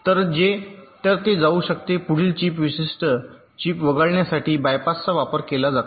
तर ते जाऊ शकते पुढील चिप विशिष्ट चिप वगळण्यासाठी बायपास चा वापर केला जातो